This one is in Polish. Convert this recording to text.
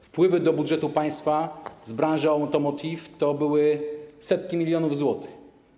Wpływy do budżetu państwa z branży automotive to były setki milionów złotych.